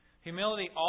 Humility